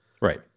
Right